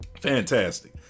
Fantastic